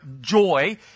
joy